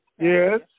Yes